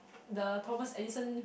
the Thomas Edison